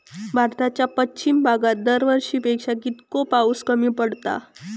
भारताच्या पश्चिम भागात दरवर्षी पेक्षा कीतको पाऊस कमी पडता?